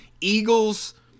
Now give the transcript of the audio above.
Eagles